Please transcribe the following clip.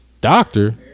Doctor